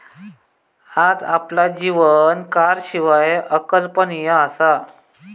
आज आपला जीवन कारशिवाय अकल्पनीय असा